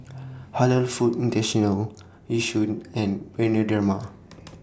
Halal Foods International Yishion and Bioderma